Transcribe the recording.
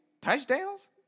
Touchdowns